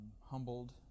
humbled